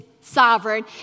sovereign